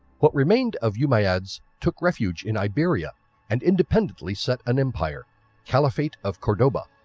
what remained of yeah umayyad's took refuge in iberia and independently set an empire caliphate of cordoba.